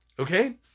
okay